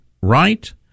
right